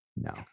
No